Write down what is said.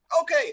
okay